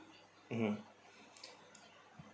mmhmm